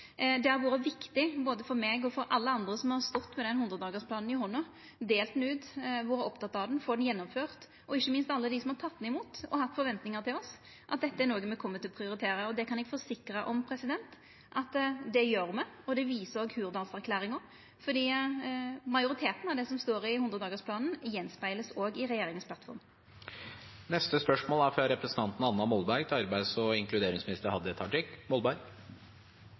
alle andre som har stått med 100-dagarsplanen i handa – delt han ut og vore opptatt av å få han gjennomført – og ikkje minst for alle dei som har tatt imot han og har hatt forventningar til oss, at dette er noko me kjem til å prioritera. Det kan eg forsikra om at me gjer. Det viser òg Hurdalsplattforma. Majoriteten av det som står i 100-dagarsplanen, vert spegla i regjeringsplattforma. «Regjeringen har varslet at kollektiv søksmålsrett for fagforeninger ved ulovlig innleie skal gjeninnføres. Dette innebærer at både medlemmer og